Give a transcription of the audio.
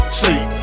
sleep